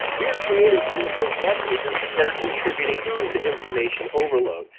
we are creating some of those web pages that are contributing to information overload.